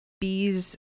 bees